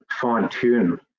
fine-tune